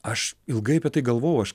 aš ilgai apie tai galvojau aš